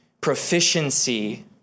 proficiency